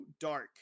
dark